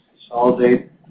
consolidate